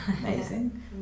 Amazing